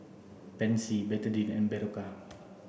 Pansy Betadine and Berocca